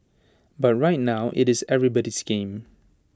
but right now IT is everybody's game